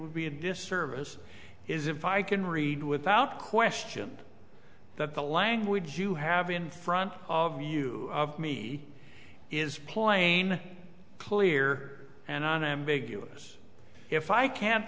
would be a disservice is if i can read without question that the language you have in front of you of me is plain clear and unambiguous if i can't